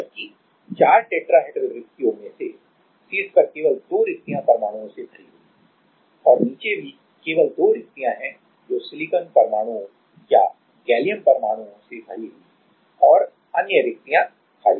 जबकि चार टेट्राहेड्रल रिक्तियों में से शीर्ष पर केवल 2 रिक्तियां परमाणुओं से भरी हुई हैं और नीचे भी केवल 2 रिक्तियां हैं जो सिलिकॉन परमाणुओं या गैलियम परमाणुओं से भरी हुई हैं और अन्य रिक्तियां खाली रहती हैं